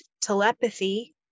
telepathy